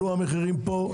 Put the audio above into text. עלו המחירים פה,